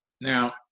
Now